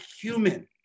human